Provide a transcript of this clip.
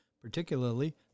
particularly